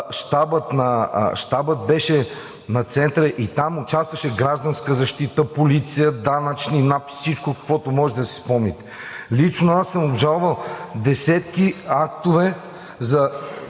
щабът беше на центъра и там участваше Гражданска защита, полиция, данъчни, НАП, всичко, каквото можете да си спомните. Лично аз съм обжалвал десетки актове,